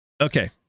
Okay